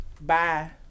Bye